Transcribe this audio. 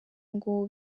ngo